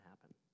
happen